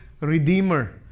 Redeemer